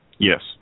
Yes